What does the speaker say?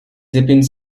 épines